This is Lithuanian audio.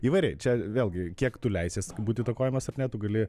įvariai čia vėlgi kiek tu leisies būti įtakojamas ar ne tu gali